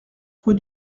rue